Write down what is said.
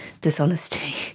dishonesty